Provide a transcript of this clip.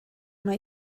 mae